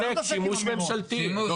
שימוש ממשלתי.